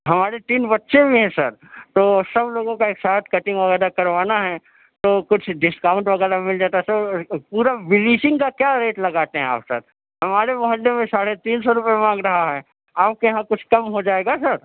ہمارے تین بچے بھی ہیں سر تو سب لوگوں کا ایک ساتھ کٹنگ وغیرہ کروانا ہے تو کچھ ڈسکاؤنت وغیرہ مل جاتا سر پورا بلیچنگ کا کیا ریٹ لگاتے ہیں آپ سر ہمارے محلے میں ساڑھے تین سو روپیے مانگ رہا ہے آپ کے یہاں کچھ کم ہو جائے گا سر